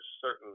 certain